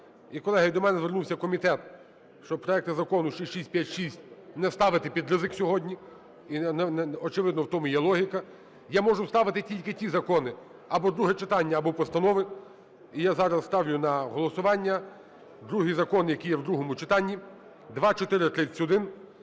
колеги, до мене звернувся комітет, що проект Закону 6656 не ставити під ризик сьогодні. І, очевидно, в тому є логіка. Я можу ставити тільки ті закони: або друге читання, або постанови. І я зараз ставлю на голосування другий закон, який є в другому читанні, 2431